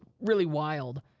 really wild.